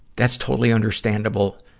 that's totally understandable.